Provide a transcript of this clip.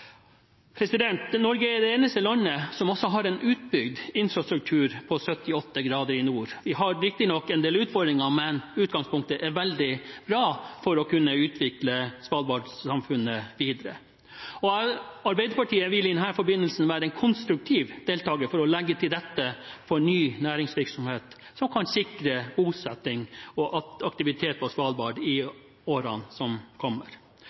Norge er det eneste landet som også har en utbygd infrastruktur på 78 grader nord. Vi har riktignok en del utfordringer, men utgangspunktet er veldig bra for å kunne utvikle Svalbard-samfunnet videre. Arbeiderpartiet vil i den forbindelse være en konstruktiv deltaker for å legge til rette for ny næringsvirksomhet, som kan sikre bosetting og aktivitet på Svalbard i årene som kommer.